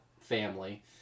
family